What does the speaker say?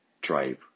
drive